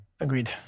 agreed